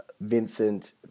Vincent